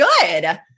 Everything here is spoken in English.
good